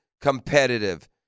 competitive